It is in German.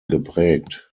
geprägt